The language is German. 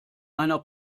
einer